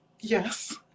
Yes